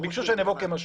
ביקשו שאני אבוא כמשקיף.